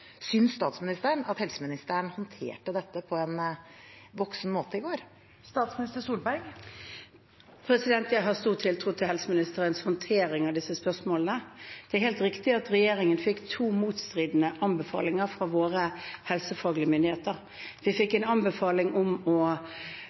statsministeren at helseministeren håndterte dette på en voksen måte i går? Jeg har stor tiltro til helseministerens håndtering av disse spørsmålene. Det er helt riktig at regjeringen fikk to motstridende anbefalinger fra våre helsefaglige myndigheter. Vi fikk